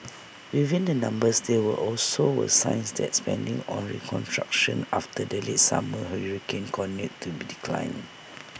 within the numbers there were also were signs that spending on reconstruction after the late summer hurricanes continued to be decline